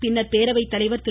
பின்னர் பேரவைத்தலைவர் திரு